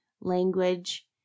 language